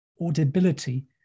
audibility